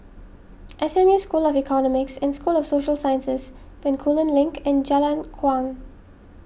S M U School of Economics and School of Social Sciences Bencoolen Link and Jalan Kuang